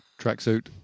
Tracksuit